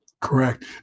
Correct